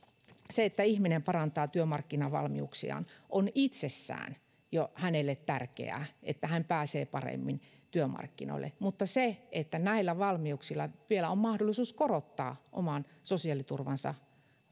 että ihminen parantaa työmarkkinavalmiuksiaan se on jo itsessään hänelle tärkeää että hän pääsee paremmin työmarkkinoille mutta se että näillä valmiuksilla vielä on mahdollisuus korottaa oman sosiaaliturvansa